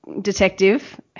detective